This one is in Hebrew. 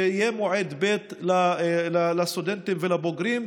שיהיה מועד ב' לסטודנטים ולבוגרים,